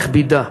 היא מכבידה.